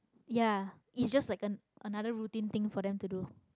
ya it's just like a another routine thing for them to do